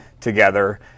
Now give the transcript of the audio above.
together